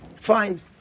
Fine